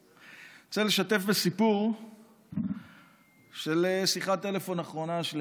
אני רוצה לשתף בסיפור של שיחת הטלפון האחרונה שלי